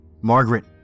Margaret